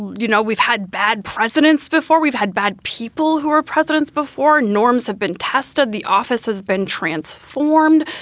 you know, we've had bad presidents before. we've had bad people who were presidents before. norms have been tested. the office has been transformed.